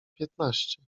piętnaście